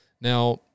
Now